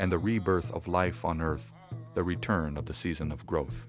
and the rebirth of life on earth the return of the season of growth